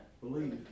Believe